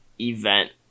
event